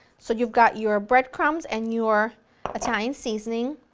so you've got your breadcrumbs, and your italian seasoning,